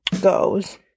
goes